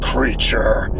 Creature